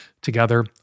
together